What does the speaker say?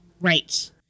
Right